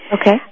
Okay